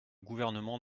gouvernement